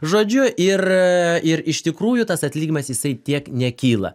žodžiu ir ir iš tikrųjų tas atlyginimas jisai tiek nekyla